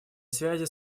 связей